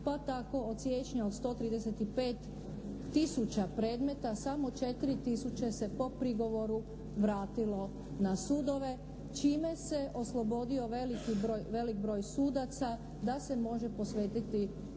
pa tako od siječnja od 135 tisuća predmeta samo 4 tisuće se po prigovoru vratilo na sudove čime se oslobodio velik broj sudaca da se može posvetiti